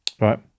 Right